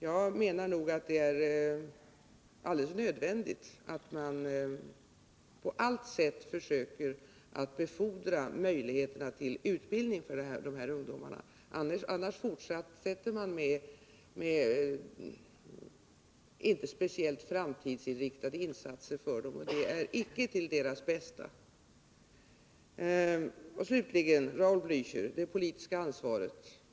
Jag menar att det är alldeles nödvändigt att man på allt sätt försöker befordra möjligheterna till utbildning för de här ungdomarna. Annars fortsätter man med inte speciellt framtidsinriktade insatser för dem, och det är inte till deras bästa. Slutligen, Raul Bläöcher, det politiska ansvaret.